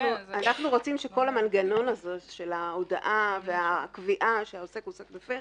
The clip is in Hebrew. אנחנו רוצים שכל המנגנון הזה של ההודעה והקביעה שהעוסק הוא עוסק מפר,